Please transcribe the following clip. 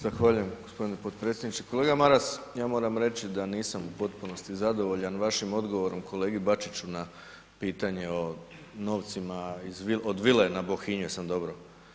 Zahvaljujem gospodine potpredsjedniče, kolega Maras ja moram reći da nisam u potpunosti zadovoljan vašim odgovorom kolegi Bačiću na pitanje o novcima iz, od vile na Bohinju, jesam dobro?